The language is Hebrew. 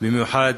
במיוחד